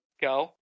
Go